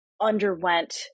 underwent